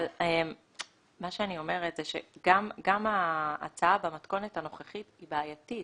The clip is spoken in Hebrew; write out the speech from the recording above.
אבל מה שאני אומרת זה שגם ההצעה במתכונת הנוכחית היא בעייתית